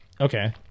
Okay